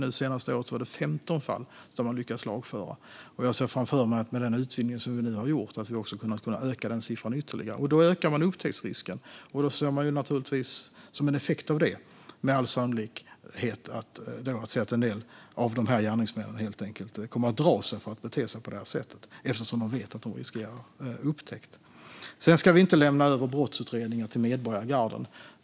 Det senaste året var det 15 fall som man lyckades lagföra. Jag ser framför mig att med den utvidgning som vi nu har gjort kommer vi att kunna öka denna siffra ytterligare. Då ökar också upptäcktsrisken. Och som en effekt av det kommer med all sannolikhet en del av dessa gärningsmän att dra sig för att bete sig på detta sätt eftersom de vet att de riskerar upptäckt. Sedan ska vi inte lämna över brottsutredningar till medborgargarden.